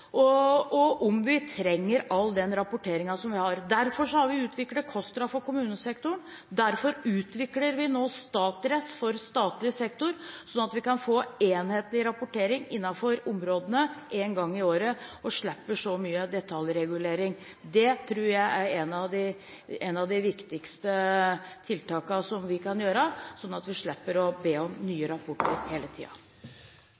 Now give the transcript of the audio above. og om vi trenger all den rapporteringen vi har. Derfor har vi utviklet KOSTRA for kommunesektoren. Derfor utvikler vi nå StatRes for statlig sektor, sånn at vi kan få enhetlig rapportering innenfor områdene én gang i året og slippe så mye detaljregulering. Det tror jeg er et av de viktigste tiltakene vi kan gjøre, sånn at vi slipper å be om